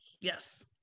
Yes